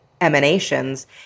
emanations